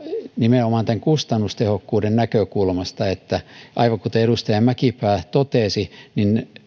nimenomaan tämän kustannustehokkuuden näkökulmasta aivan kuten edustaja mäkipää totesi